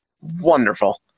wonderful